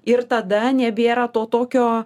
ir tada nebėra to tokio